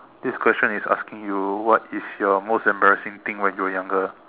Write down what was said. this question is asking you what is your most embarrassing thing when you were younger